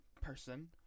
person